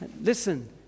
Listen